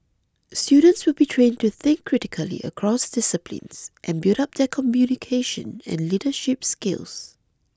students will be trained to think critically across disciplines and build up their communication and leadership skills